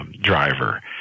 Driver